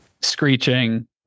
screeching